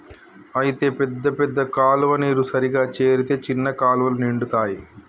అయితే పెద్ద పెద్ద కాలువ నీరు సరిగా చేరితే చిన్న కాలువలు నిండుతాయి